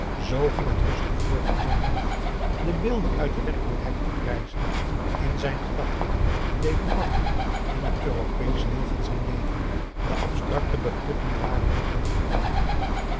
ging het rustig voort in zijn hoofd de beelden uit de werkelijkheid oprijzend in zijn gedachten bleven wortelen in het europeesch deel van zijn leven de abstracte begrippen waren die uit den koran